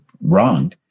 wrong